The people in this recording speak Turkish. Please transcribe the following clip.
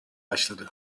başladı